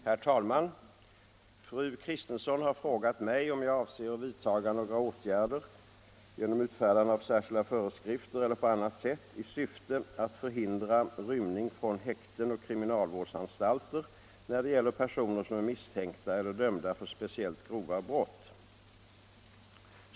Herr talman! Fru Kristensson har frågat mig om jag avser att vidtaga några åtgärder — genom utfärdande av särskilda föreskrifter eller på annat sätt — i syfte att förhindra rymning från häkten och kriminalvårdsanstalter när det gäller personer som är misstänkta eller dömda för speciellt grova brott.